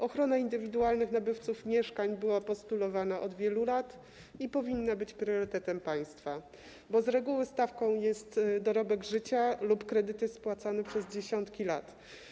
Ochrona indywidualnych nabywców mieszkań była postulowana od wielu lat i powinna być priorytetem państwa, bo z reguły stawką jest dorobek życia lub kredyty spłacane przez dziesiątki lat.